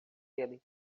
ele